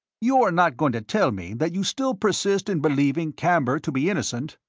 you are not going to tell me that you still persist in believing camber to be innocent?